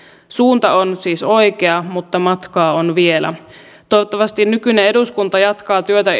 suunta on siis oikea mutta matkaa on vielä toivottavasti nykyinen eduskunta jatkaa työtä